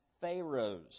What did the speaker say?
Pharaoh's